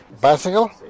Bicycle